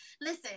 listen